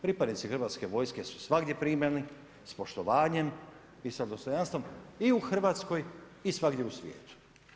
Pripadnici hrvatske vojske su svagdje primljeni, s poštovanjem i sa dostojanstvom i u Hrvatskoj i svagdje u svijetu.